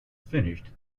finished